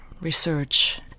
research